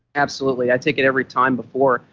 absolutely. i take it every time before.